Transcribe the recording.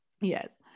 Yes